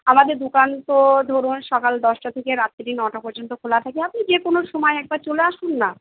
আমাদের দোকান তো ধরুন সকাল দশটা থেকে রাত্রি নটা পর্যন্ত খোলা থাকে আপনি যে কোনো সময়ে একবার চলে আসুন না